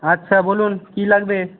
আচ্ছা বলুন কি লাগবে